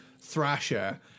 thrasher